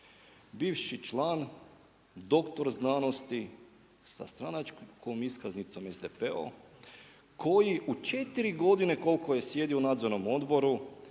Bivši član doktor znanosti sa stranačkom iskaznicom SDP-om koji u 4 godine koliko je sjedio u nadzornom odboru,